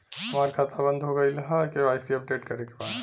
हमार खाता बंद हो गईल ह के.वाइ.सी अपडेट करे के बा?